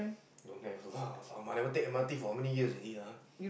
don't have lah I haven't take M_R_T for how many years already lah